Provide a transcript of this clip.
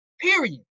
Period